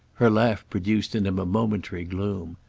her laugh produced in him a momentary gloom.